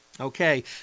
Okay